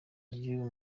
ry’uyu